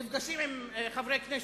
נפגשים עם חברי הכנסת.